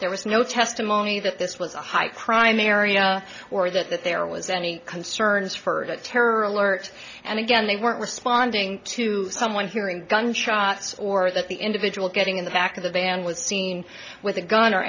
there was no testimony that this was a high crime area or that there was any concerns for the terror alert and again they weren't responding to someone hearing gunshots or that the individual getting in the back of the van was seen with a gun or